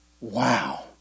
Wow